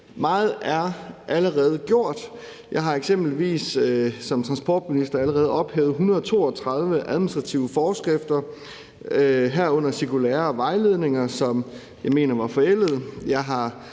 Meget er allerede gjort. Jeg har eksempelvis som transportminister allerede ophævet 132 administrative forskrifter, herunder cirkulærer og vejledninger, som jeg mener var forældede.